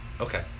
Okay